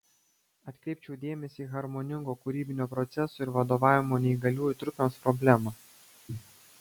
atkreipčiau dėmesį į harmoningo kūrybinio proceso ir vadovavimo neįgaliųjų trupėms problemą